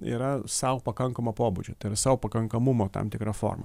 yra sau pakankamo pobūdžio tai yra savo pakankamumo tam tikra forma